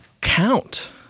count